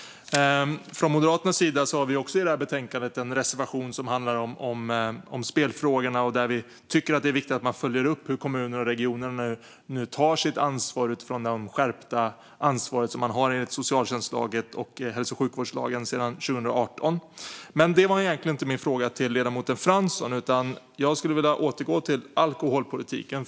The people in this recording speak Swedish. Från Moderaternas sida har vi i betänkandet en reservation som handlar om spelfrågorna. Vi tycker att det är viktigt att man följer upp hur kommuner och regioner nu tar det skärpta ansvar de har enligt socialtjänstlagen och hälso och sjukvårdslagen sedan 2018. Men detta var egentligen inte min fråga till ledamoten Fransson, utan jag skulle vilja återgå till alkoholpolitiken.